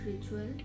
ritual